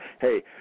Hey